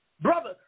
Brother